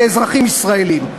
כאזרחים ישראלים.